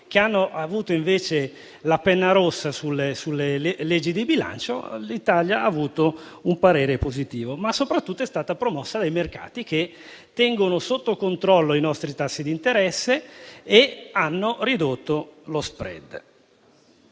che hanno avuto invece un tratto di penna rossa sulle loro leggi di bilancio, l'Italia ha avuto un parere positivo. Ma soprattutto è stata promossa dai mercati, che tengono sotto controllo i nostri tassi di interesse e hanno ridotto lo *spread*.